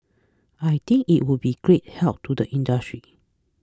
I think it will be a great help to the industry